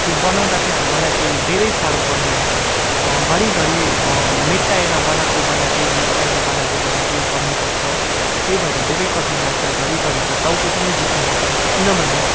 त्यो बनाउँदा चाहिँ मलाई चाहिँ धेरै साह्रो पर्ने गर्छ घरिघरि मेट्टाएर बनाएको बनाएकै मेट्टाएर बनाएको बनाएकै गर्नुपर्छ त्यो भएर धेरै कठिन लाग्छ घरिघरि त टाउको पनि दुख्ने गर्छ किनभने